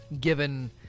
given